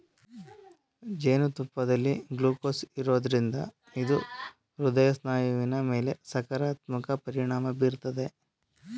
ಜೇನುತುಪ್ಪದಲ್ಲಿ ಗ್ಲೂಕೋಸ್ ಇರೋದ್ರಿಂದ ಇದು ಹೃದಯ ಸ್ನಾಯುವಿನ ಮೇಲೆ ಸಕಾರಾತ್ಮಕ ಪರಿಣಾಮ ಬೀರ್ತದೆ